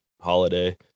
holiday